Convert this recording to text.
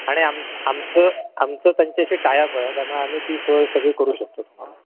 आणि आम आमचं आमचं त्यांच्याशी टायप आहे त्यामुळे आम्ही ती सोय सगळी करू शकतो तुम्हाला